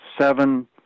seven